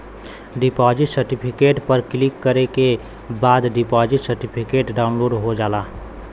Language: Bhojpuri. डिपॉजिट सर्टिफिकेट पर क्लिक करे के बाद डिपॉजिट सर्टिफिकेट डाउनलोड हो जाला